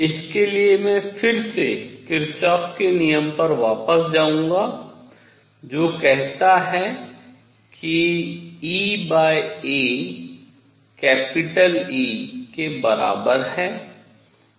इसके लिए मैं फिर से किरचॉफ के नियम पर वापस जाऊंगा जो कहता है कि e a capital E बड़ा E के बराबर है